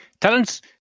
talent's